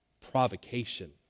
provocation